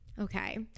Okay